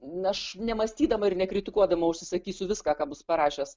na aš nemąstydama ir nekritikuodama užsisakysiu viską ką bus parašęs